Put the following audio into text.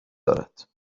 دارد